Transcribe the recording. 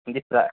ڈیپرا